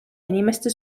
inimeste